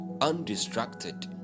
undistracted